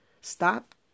stop